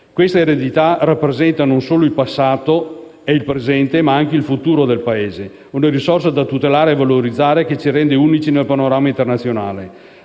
Questa eredità rappresenta non solo il passato e il presente, ma anche il futuro del Paese, una risorsa da tutelare e valorizzare, che ci rende unici nel panorama internazionale.